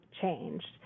changed